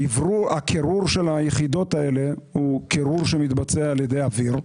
הקירור של היחידות האלה מתבצע על ידי אוויר,